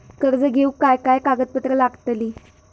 कर्ज घेऊक काय काय कागदपत्र लागतली?